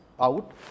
out